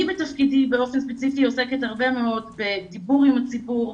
אני בתפקידי באופן ספציפי עוסקת הרבה מאוד בדיבור עם הציבור,